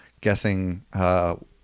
guessing